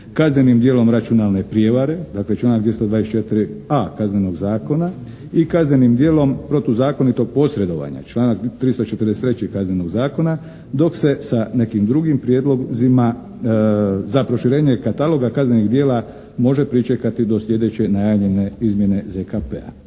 kaznenim djelom računalne prijevare, dakle članak 224.a Kaznenog zakona i kaznenim djelom protuzakonitog posredovanja, članak 343. Kaznenog zakona dok se sa nekim drugim prijedlozima za proširenje kataloga kaznenih djela može pričekati do sljedeće najavljene izmjene ZKP-a.